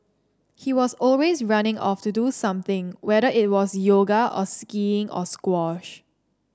he was always running off to do something whether it was yoga or skiing or squash